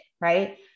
right